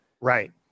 Right